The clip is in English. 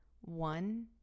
One